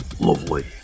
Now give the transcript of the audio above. lovely